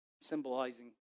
symbolizing